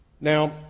Now